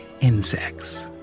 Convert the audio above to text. insects